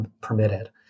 permitted